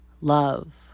love